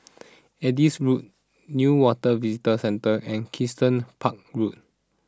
Adis Road Newater Visitor Centre and Kensington Park Road